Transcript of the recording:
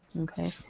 Okay